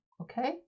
Okay